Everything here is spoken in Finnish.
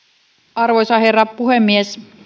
arvoisa rouva puhemies